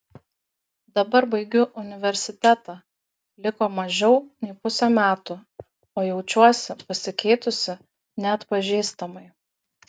dabar baigiu universitetą liko mažiau nei pusė metų o jaučiuosi pasikeitusi neatpažįstamai